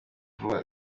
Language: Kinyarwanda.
vuba